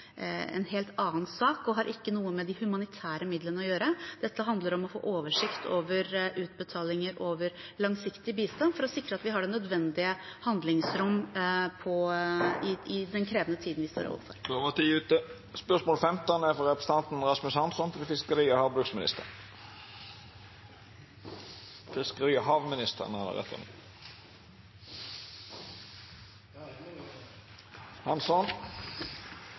en helt annen sak og har ikke noe med de humanitære midlene å gjøre. Dette handler om å få oversikt over utbetalinger over langsiktig bistand for å sikre at vi har det nødvendige handlingsrom i den krevende tiden vi står overfor. Då var tida ute. «Fiskehelserapporten 2021 viser at mer enn 54 millioner laks døde i norske merder i fjor. Det er det høyeste tallet noensinne. I tillegg døde 30 millioner rensefisk og